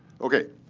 ok.